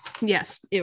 yes